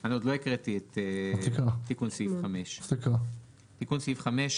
תיקון סעיף 2519.בסעיף 25(ב)